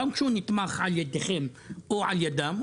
גם כשהוא נתמך על ידיכם או על ידם,